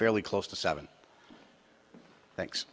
fairly close to seven thanks